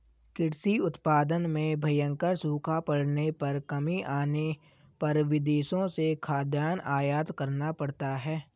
कृषि उत्पादन में भयंकर सूखा पड़ने पर कमी आने पर विदेशों से खाद्यान्न आयात करना पड़ता है